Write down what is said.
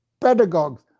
pedagogues